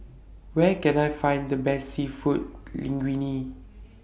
Where Can I Find The Best Seafood Linguine